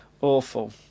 Awful